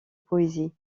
poésie